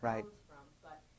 Right